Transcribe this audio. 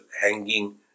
hanging